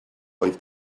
oedd